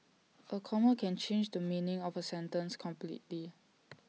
A comma can change the meaning of A sentence completely